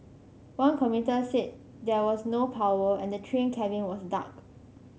one commuter said there was no power and the train cabin was dark